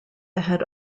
had